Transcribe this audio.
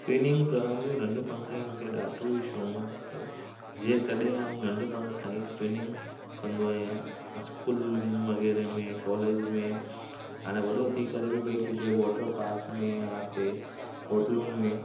swimming करण जो नंढपण खां ई मूंखे ॾाढो ई शौक़ु हुओ जे तॾहिं मां नंढपण खां ई स्विमिंग कंदो आहियां स्कूल वग़ैरह में कॉलेज में हाणे वॾो थी करे बि भई किथे वॉटर पार्क में या हिते होटलुनि में